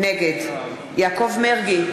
נגד יעקב מרגי,